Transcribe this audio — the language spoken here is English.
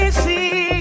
see